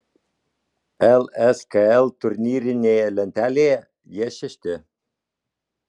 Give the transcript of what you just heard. lskl turnyrinėje lentelėje jie šešti